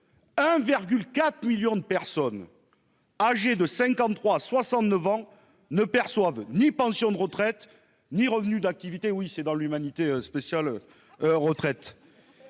1,4 millions de personnes. Âgées de 53 69 ans ne perçoivent ni pension de retraite ni revenus d'activité. Oui c'est dans L'Humanité spécial. Retraites.